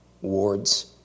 wards